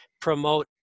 promote